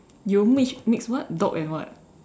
you mix mix what dogs and what